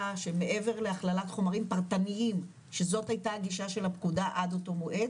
שמעבר להכללת חומרים פרטניים שזאת הייתה גישה של הפקודה עד אותו מועד,